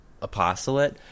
Apostolate